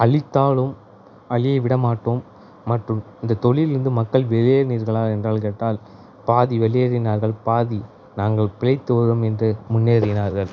அழித்தாலும் அழிய விடமாட்டோம் மற்றும் இந்த தொழிலில் இருந்து மக்கள் வெளியேறினீர்களா என்றால் கேட்டால் பாதி வெளியேறினார்கள் பாதி நாங்கள் பிழைத்து வருவோம் என்று முன்னேறினார்கள்